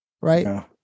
Right